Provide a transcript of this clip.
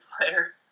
player